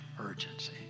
urgency